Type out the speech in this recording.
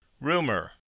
Rumor